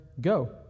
go